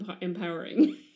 empowering